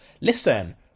listen